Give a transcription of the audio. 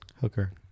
Hooker